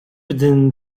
within